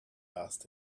asked